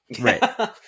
Right